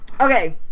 Okay